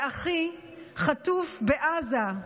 ואחי חטוף בעזה.